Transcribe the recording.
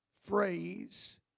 phrase